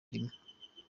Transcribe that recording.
rimwe